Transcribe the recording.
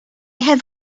have